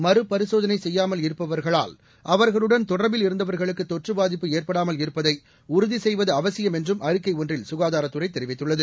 மறுபரிசோதளை செய்யாமல் இருப்பவர்களால் அவர்களுடன் தொடர்பில் இருந்தவர்களுக்கு தொற்று பாதிப்பு ஏற்படாமல் இருப்பதை உறுதி செய்வது அவசியம் என்றும் அறிக்கை ஒன்றில் சுகாதாரத்துறை தெரிவித்துள்ளது